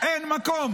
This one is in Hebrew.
אין מקום.